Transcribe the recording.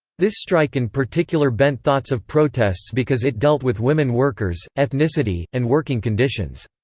this strike in particular bent thoughts of protests because it dealt with women workers, ethnicity, and working conditions.